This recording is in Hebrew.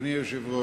אדוני היושב-ראש,